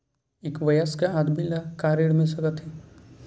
एक वयस्क आदमी ल का ऋण मिल सकथे?